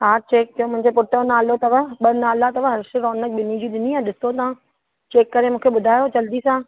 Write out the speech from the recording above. हा चेक कयो मुंहिंजे पुट जो नालो अथव ॿ नाला अथव हर्ष रौनक ॿिन्हिनि जी ॾिनी आहे ॾिसो तव्हां चेक करे मूंखे ॿुधायो जल्दी सां